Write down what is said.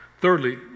Thirdly